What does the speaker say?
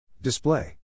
Display